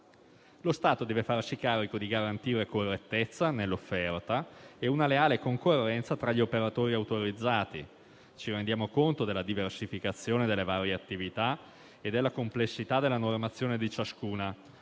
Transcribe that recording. Lo Stato deve farsi carico di garantire correttezza nell'offerta e una leale concorrenza tra gli operatori autorizzati. Ci rendiamo conto della diversificazione delle varie attività e della complessità della normazione di ciascuna.